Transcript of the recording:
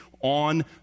on